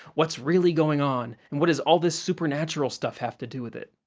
what's really going on, and what does all this supernatural stuff have to do with it?